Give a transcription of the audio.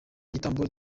igitambo